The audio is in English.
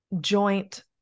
joint